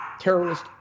terrorist